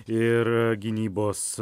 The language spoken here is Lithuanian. ir gynybos